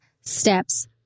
steps